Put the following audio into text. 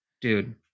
dude